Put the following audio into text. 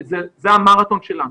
זה המרתון שלנו.